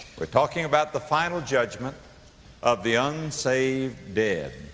we're talking about the final judgment of the unsaved dead.